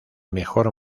mejor